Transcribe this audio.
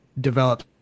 develop